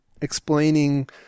explaining